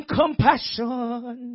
compassion